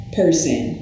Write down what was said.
person